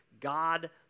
God